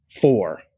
four